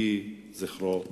יהי זכרו ברוך.